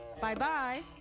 bye-bye